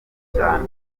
cyane